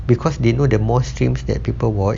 because they know that the more streams that people watch